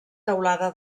teulada